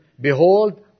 Behold